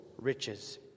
riches